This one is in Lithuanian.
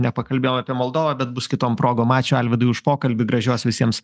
nepakalbėjom apie moldovą bet bus kitom progom ačiū alvydui už pokalbį gražios visiems